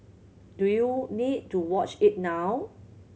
do you need to watch it now